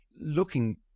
looking